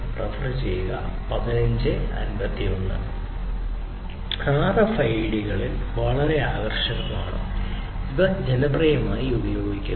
RFID കൾ വളരെ ആകർഷകമാണ് ജനപ്രിയമായി ഉപയോഗിക്കുന്നു